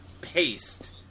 paste